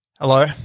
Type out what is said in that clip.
Hello